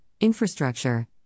infrastructure